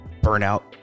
Burnout